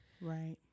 Right